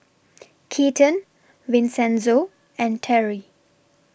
Keaton Vincenzo and Terri